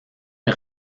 est